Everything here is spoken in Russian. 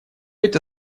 это